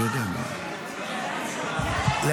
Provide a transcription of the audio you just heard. התשפ"ד 2024, לוועדת החוקה, חוק ומשפט התקבלה.